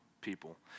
people